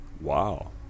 Wow